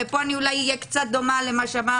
ופה אני אהיה קצת דומה למה שאמר